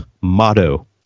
motto